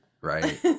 Right